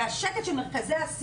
והם מבקשים לבדוק והמחלקות